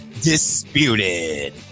disputed